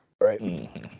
Right